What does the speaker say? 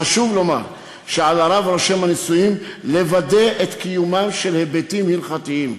חשוב לומר שעל הרב רושם הנישואין לוודאי את קיומם של היבטים הלכתיים.